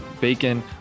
Bacon